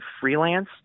freelance